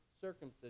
circumcision